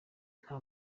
nta